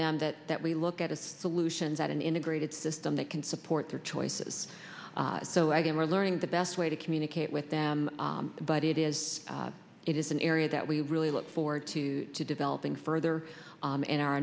them that that we look at its solutions that an integrated system that can support their choices so i guess we're learning the best way to communicate with them but it is it is an area that we really look forward to to developing further in our